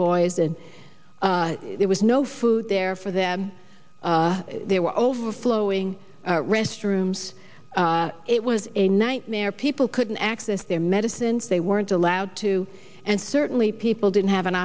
boys and there was no food there for them there were overflowing restrooms it was a nightmare people couldn't access their medicines they weren't allowed to and certainly people didn't have an